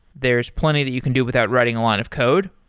there's plenty that you can do without writing a lot of code,